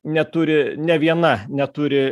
neturi ne viena neturi